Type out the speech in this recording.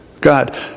God